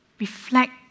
reflect